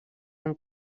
amb